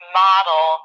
model